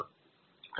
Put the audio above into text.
Arun K